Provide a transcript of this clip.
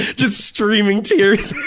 just streaming tears.